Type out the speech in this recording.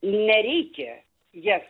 nereikia jas